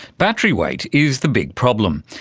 battery weight is the big problem.